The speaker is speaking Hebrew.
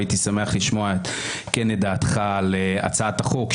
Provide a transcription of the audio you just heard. הייתי שמח לשמוע את דעתך על הצעת החוק,